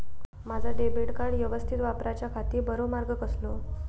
माजा debit card यवस्तीत वापराच्याखाती बरो मार्ग कसलो?